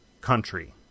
country